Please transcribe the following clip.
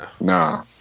Nah